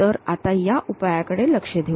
तर आता या उपायाकडे लक्ष देऊ